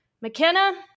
McKenna